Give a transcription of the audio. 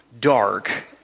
dark